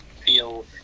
feel